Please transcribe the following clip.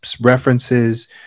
references